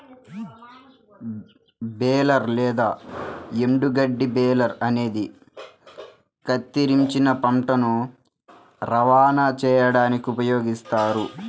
baler లేదా ఎండుగడ్డి baler అనేది కత్తిరించిన పంటను రవాణా చేయడానికి ఉపయోగిస్తారు